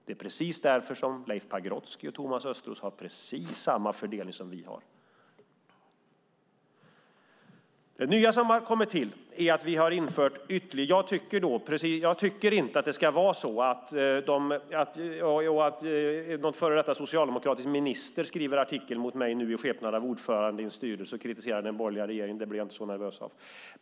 Det är precis därför som Leif Pagrotsky och Thomas Östros har gjort precis samma fördelning som vi har gjort. Att en före detta socialdemokratisk minister i skepnad av ordförande i en styrelse skriver en artikel och kritiserar den borgerliga regeringen blir jag inte så nervös av.